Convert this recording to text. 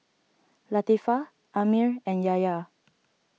Latifa Ammir and Yahya